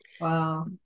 Wow